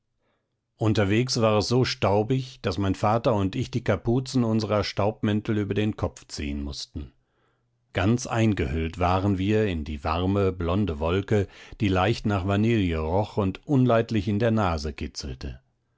unterwegs war es so staubig daß mein vater und ich die kapuzen unserer staubmäntel über den kopf ziehen mußten ganz eingehüllt waren wir in die warme blonde wolke die leicht nach vanille roch und unleidlich in der nase kitzelte